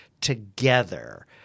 together